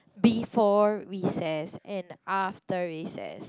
before recess and after recess